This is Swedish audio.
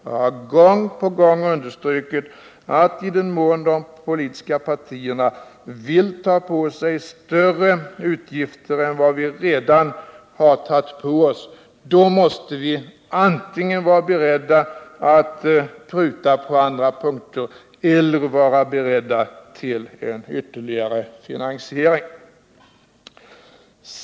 Jag har också gång på gång understrukit, att i den mån de politiska partierna vill ta på sig större utgifter än vad vi redan har tagit på oss, så måste vi antingen vara beredda att pruta på andra punkter eller vara beredda till en ytterligare finansiering.